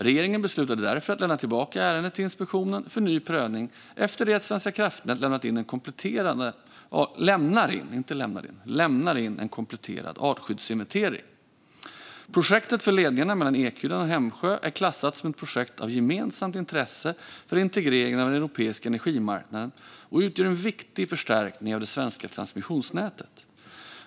Regeringen beslutade därför att lämna tillbaka ärendet till inspektionen för ny prövning efter det att Svenska kraftnät lämnar in en kompletterad artskyddsinventering. Projektet för ledningarna mellan Ekhyddan och Hemsjö är klassat som ett projekt av gemensamt intresse för integreringen av den europeiska energimarknaden och utgör en viktig förstärkning av det svenska transmissionsnätet.